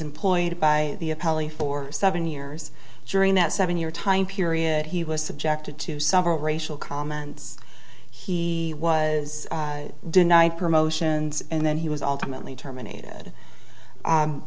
employed by the appellee for seven years during that seven year time period he was subjected to several racial comments he was denied promotions and then he was alternately terminated